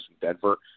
Denver